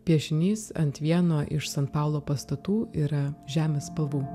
piešinys ant vieno iš san paulo pastatų yra žemės spalvų